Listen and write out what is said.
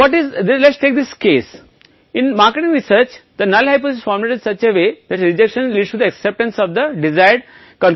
अब उदाहरण के रूप में यह मामला है अनुपात है इसलिए हम अस्वीकार करना चाहते हैं वैकल्पिक को शून्य स्वीकार करें